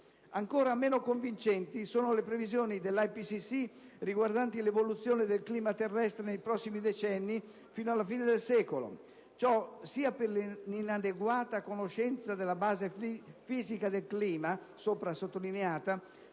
Ancora meno convincenti sono le previsioni dell'IPCC riguardanti l'evoluzione del clima terrestre nei prossimi decenni fino alla fine del secolo. Ciò sia per l'inadeguata conoscenza della base fisica del clima sopra sottolineata,